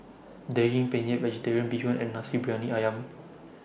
Daging Penyet Vegetarian Bee Hoon and Nasi Briyani Ayam